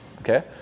Okay